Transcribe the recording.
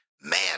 man